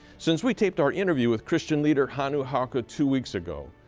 since we taped our interview with christian leader. hannu haukka two weeks ago,